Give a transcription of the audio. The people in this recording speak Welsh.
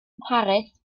mharis